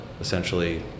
essentially